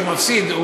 כשהוא מפסיד,